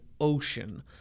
ocean